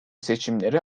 seçimleri